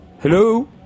Hello